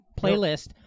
playlist